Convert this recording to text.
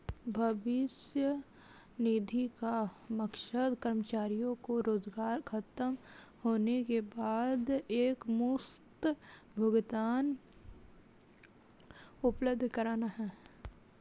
भविष्य निधि का मकसद कर्मचारियों को रोजगार ख़तम होने के बाद एकमुश्त भुगतान उपलब्ध कराना है